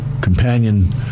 companion